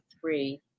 three